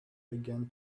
began